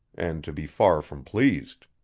and to be far from pleased.